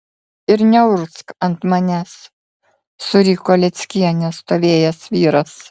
ir neurgzk ant manęs suriko su lėckiene stovėjęs vyras